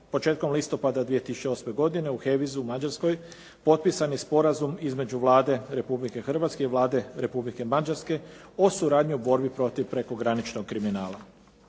početkom listopada 2008. godine u Hevizu u Mađarskoj potpisan je sporazum između Vlade Republike Hrvatske i Vlade Republike Mađarske o suradnji u borbi protiv prekograničnog kriminala.